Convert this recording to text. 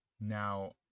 now